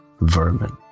vermin